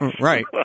right